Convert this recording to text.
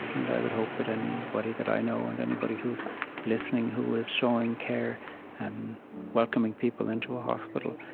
and i would hope that anybody that i know and anybody who's listening, who is showing care and welcoming people into a hospital,